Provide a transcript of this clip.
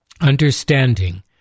understanding